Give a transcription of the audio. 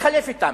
תתחלף אתם,